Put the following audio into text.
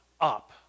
up